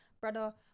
brother